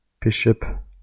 Bishop